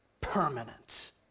permanent